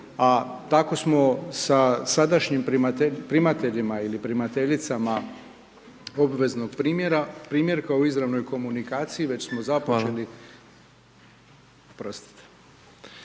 tako samo sa sadašnjijim primateljima ili primateljicama obveznog primjerka u izravnoj komunikaciji, već smo započeli.